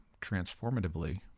transformatively